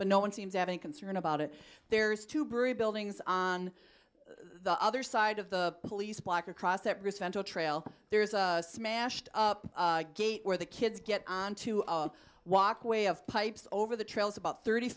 but no one seems to have a concern about it there's two brew buildings on the other side of the police block across that respond to a trail there's a smashed up gate where the kids get onto walk way of pipes over the trails about thirty